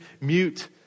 mute